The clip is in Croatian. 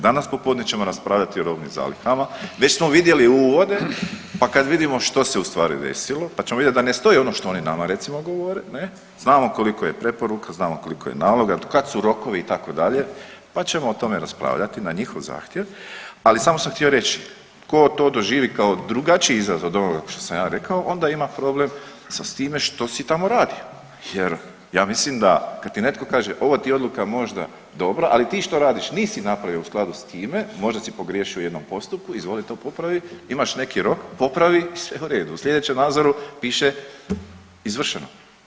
Danas popodne ćemo raspravljati o robnim zalihama, već smo vidjeli uvode, pa kad vidimo što se u stvari desilo, pa ćemo vidjet da ne stoji ono što oni nama recimo govore ne, znamo koliko je preporuka, znamo koliko je naloga, kad su rokovi itd., pa ćemo o tome raspravljati na njihov zahtjev, ali samo sam htio reći ko to doživi kao drugačiji izazov od onoga što sam ja rekao onda ima problem sa time što si tamo radio jer ja mislim da kad ti netko kaže ova ti je odluka možda dobra, ali ti što radiš nisi napravio u skladu s time, možda si pogriješio u jednom postupku, izvoli to popravi, imaš neki rok, popravi i sve u redu, u slijedećem nadzoru piše izvršeno.